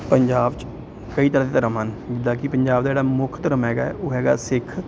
ਪੰਜਾਬ 'ਚ ਕਈ ਤਰ੍ਹਾਂ ਦੇ ਧਰਮ ਹਨ ਜਿੱਦਾਂ ਕਿ ਪੰਜਾਬ ਦਾ ਜਿਹੜਾ ਮੁੱਖ ਧਰਮ ਹੈਗਾ ਉਹ ਹੈਗਾ ਸਿੱਖ